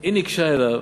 היא ניגשה אליו.